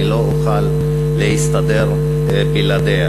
אני לא אוכל להסתדר בלעדיה.